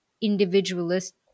individualist